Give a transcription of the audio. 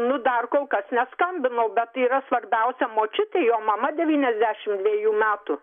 nu dar kol kas neskambinau bet yra svarbiausia močiutė jo mama devyniasdešimt dviejų metų